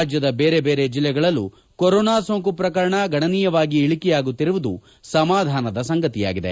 ರಾಜ್ಯದ ಬೇರೆ ಬೇರೆ ಜಿಲ್ಲೆಗಳಲ್ಲೂ ಕೊರೋನಾ ಸೋಂಕು ಪ್ರಕರಣ ಗಣನೀಯವಾಗಿ ಇಳಿಕೆಯಾಗುತ್ತಿರುವುದು ಸಮಾಧಾನದ ಸಂಗತಿಯಾಗಿದೆ